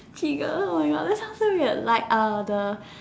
Chigga oh my God that sounds so weird like err the